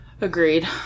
Agreed